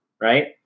Right